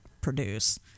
produce